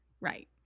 right